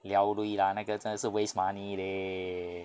liao lui lah 那个真的是 waste money leh